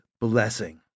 blessing